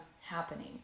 happening